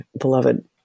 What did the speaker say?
beloved